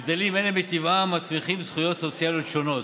הבדלים אלה מטבעם מצמיחים זכויות סוציאליות שונות.